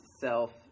self